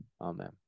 amen